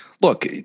look